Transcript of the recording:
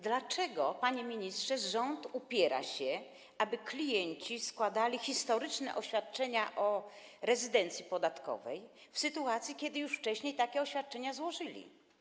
Dlaczego, panie ministrze, rząd upiera się, aby klienci składali historyczne oświadczenia o rezydencji podatkowej w sytuacji, kiedy już wcześniej takie oświadczenia złożyli?